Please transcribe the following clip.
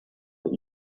that